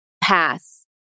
pass